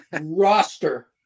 roster